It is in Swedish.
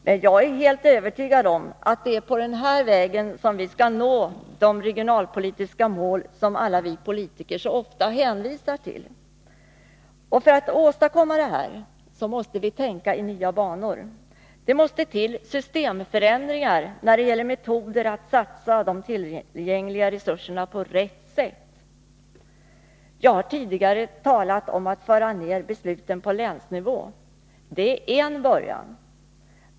Men jag är helt övertygad om att det är på den vägen vi skall nå de regionalpolitiska mål som alla vi politiker så ofta hänvisar till. För att åstadkomma detta måste man tänka i nya banor. Det måste till systemförändringar när det gäller metoder att satsa de tillgängliga resurserna på rätt sätt. Jag har tidigare talat om att föra ner besluten på länsnivå. Det är en början.